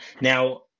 Now